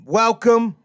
welcome